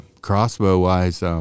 crossbow-wise